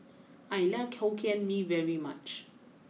I like Hokkien Mee very much